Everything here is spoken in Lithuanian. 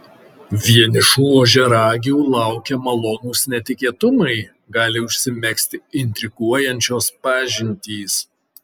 vienišų ožiaragių laukia malonūs netikėtumai gali užsimegzti intriguojančios pažintys